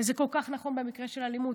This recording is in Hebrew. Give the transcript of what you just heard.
וזה כל כך נכון במקרה של אלימות,